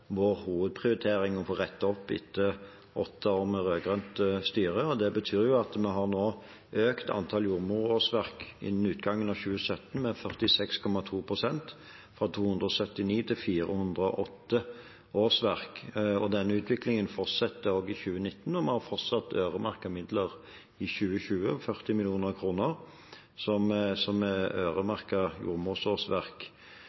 vår hovedprioritering å få rettet opp etter åtte år med rød-grønt styre. Det betyr at vi nå har økt antall jordmorårsverk innen utgangen av 2017 med 46,2 pst., fra 279 til 408 årsverk. Denne utviklingen fortsatte i 2019, og vi har fortsatt øremerkede midler i 2020, 40 mill. kr, som